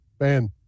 man